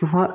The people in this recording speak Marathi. किंवा